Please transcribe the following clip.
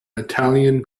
italian